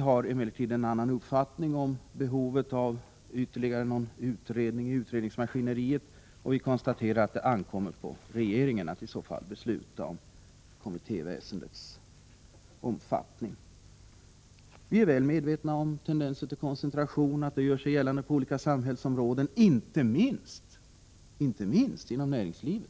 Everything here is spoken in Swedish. har emellertid en annan uppfattning om behovet av ytterligare utredningar i utredningsmaskineriet, och det ankommer på regeringen att besluta om kommittéväsendets omfattning. Vi är väl medvetna om de tendenser till koncentration som gör sig gällande på olika samhällsområden, inte minst inom näringslivet.